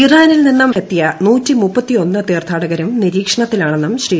ഇറാനിൽ നിന്നെത്തിയ് ദ്യാ തീർത്ഥാടകരും നിരീക്ഷണത്തിലാണെന്നും ശ്രീ